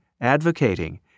advocating